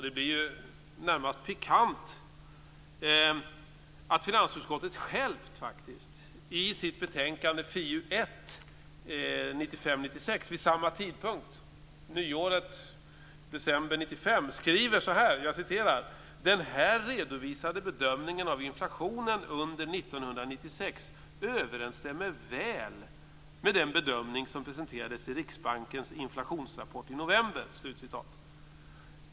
Det är närmast pikant att finansutskottet självt i sitt betänkandet 1995/96:FiU1 vid samma tidpunkt, dvs. i december 1995, skriver så här: "Den här redovisade bedömningen av inflationen under år 1996 överensstämmer väl med den bedömning som presenterades i Riksbankens inflationsrapport i november."